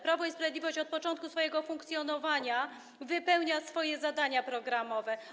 Prawo i Sprawiedliwość od początku swojego funkcjonowania wypełnia swoje zadania programowe.